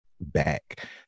back